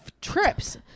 trips